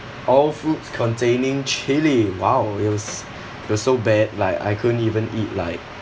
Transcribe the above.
all foods containing chili !wow! it was it was so bad like I couldn't even eat like